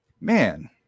man